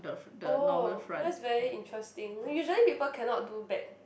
oh that's very interesting usually people cannot do back